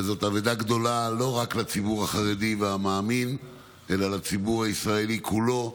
זאת אבדה גדולה לא רק לציבור החרדי והמאמין אלא לציבור הישראלי כולו.